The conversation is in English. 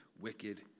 wicked